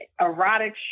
erotic